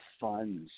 funds